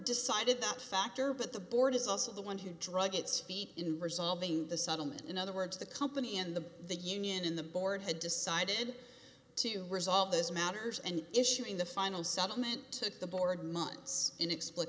decided that factor but the board is also the one who drug its feet in resolving the settlement in other words the company and the the union in the board had decided to resolve those matters and issuing the final settlement took the board months inexpl